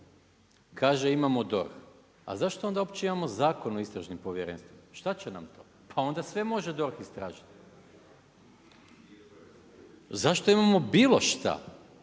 Kaže imamo DORH. A zašto onda uopće imamo Zakon o istražnim povjerenstvima? Šta će nam to. Pa onda sve može DORH istražiti. Zašto imamo bilo šta?